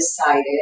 decided